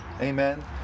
amen